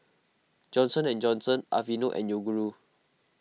Johnson and Johnson Aveeno and Yoguru